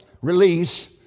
release